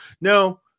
Now